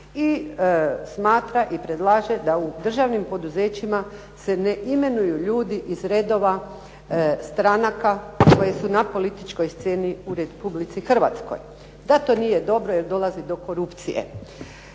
i smatra i predlaže da u državnim poduzećima se ne imenuju ljudi iz redova stranaka koje su na političkoj sceni u Republici Hrvatskoj, da to nije dobro jer dolazi do korupcije.